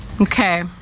Okay